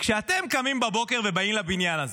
כשאתם קמים בבוקר ובאים לבניין הזה,